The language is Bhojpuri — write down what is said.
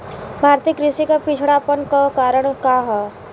भारतीय कृषि क पिछड़ापन क कारण का ह?